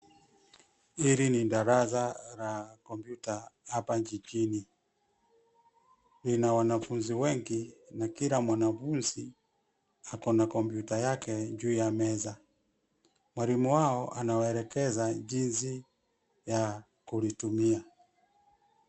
Hili ni darasa la kompyuta hapa jijini. Lina wanafunzi wengi na kila mwanafunzi akona kompyuta yake juu ya meza. Mwalimu wao anawaelekeza jinsi ya kulitumia.